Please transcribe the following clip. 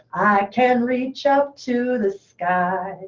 can reach up to the sky.